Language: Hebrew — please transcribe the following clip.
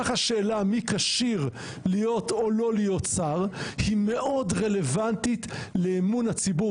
כך השאלה מי כשיר להיות או לא להיות שר היא מאוד רלוונטית לאמון הציבור,